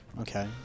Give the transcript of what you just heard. Okay